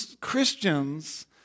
Christians